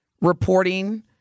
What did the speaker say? reporting